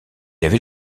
avait